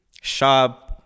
shop